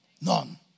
None